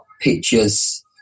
pictures